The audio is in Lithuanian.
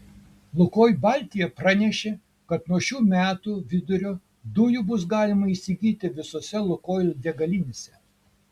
lukoil baltija pranešė kad nuo šių metų vidurio dujų bus galima įsigyti visose lukoil degalinėse